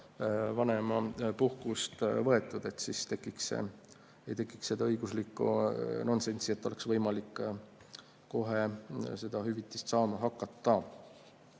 vanemapuhkust võetud, siis ei tohiks tekkida õiguslikku nonsenssi, et oleks võimalik kohe seda hüvitist saama hakata.